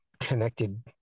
connected